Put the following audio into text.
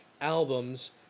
albums